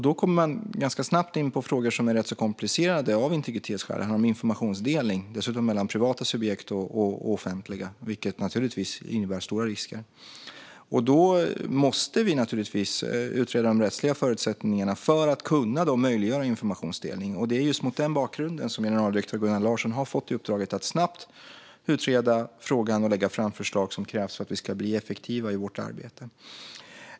Då kommer man ganska snabbt in på frågor som är rätt så komplicerade av integritetsskäl. Det handlar om informationsdelning, dessutom mellan privata och offentliga subjekt, vilket naturligtvis innebär stora risker. Då måste vi naturligtvis utreda de rättsliga förutsättningarna för att möjliggöra informationsdelning. Det är just mot den bakgrunden som generaldirektör Gunnar Larsson har fått uppdraget att snabbt utreda frågan och lägga fram förslag som krävs för att vi ska bli effektiva i vårt arbete.